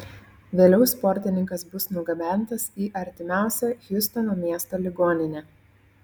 vėliau sportininkas bus nugabentas į artimiausią hjustono miesto ligoninę